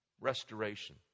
Restoration